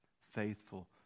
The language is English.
Faithful